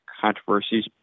controversies